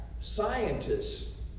scientists